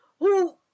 Who-